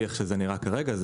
מאיך שזה נראה כרגע.